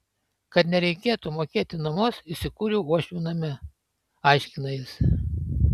kad nereikėtų mokėti nuomos įsikūriau uošvių name aiškina jis